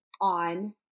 on